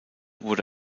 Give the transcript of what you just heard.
wurde